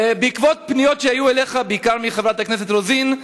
בעקבות פניות שהיו אליך, בעיקר מחברת הכנסת רוזין,